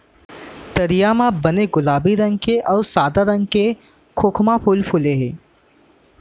तरिया म बने गुलाबी रंग के अउ सादा रंग के खोखमा फूल फूले हे